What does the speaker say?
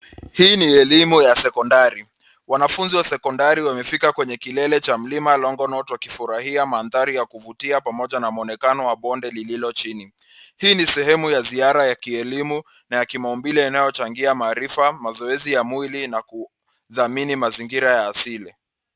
Hii ni elimu ya sekondari, wanafunzi wa sekondari wamefika kwenye kilele cha Mlima Longonot wakifurahia mandhari ya kuvutia pamoja na muonekano wa bonde lilio chini. Hii ni sehemu ya ziara ya kielimu na ya kimaumbile yanayo changia maarifa, mazoezi ya mwili na kudhamini mazingira ya asile.